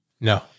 No